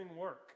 work